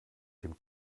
dem